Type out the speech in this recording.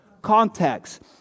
context